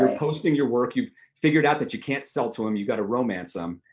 posting your work, you've figured out that you can't sell to em, you've gotta romance em,